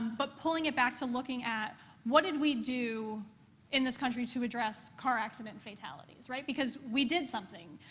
but pulling it back to looking at what did we do in this country to address car-accident fatalities, right, because we did something.